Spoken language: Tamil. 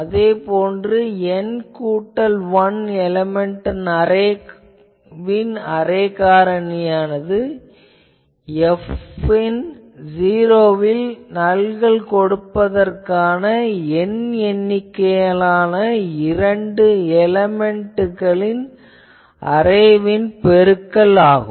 அதே போன்று n கூட்டல் 1 எலேமென்ட் அரேவின் அரே காரணியானது F ன் ஜீரோவில் நல்கள் கொடுப்பதற்கான N எண்ணிக்கையிலான இரண்டு எலேமென்ட் அரேவின் பெருக்கலாகும்